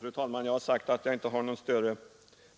Fru talman! Jag har tidigare sagt att jag inte har någon större